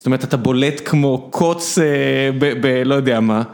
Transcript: זאת אומרת, אתה בולט כמו קוץ ב... לא יודע מה.